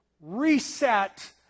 reset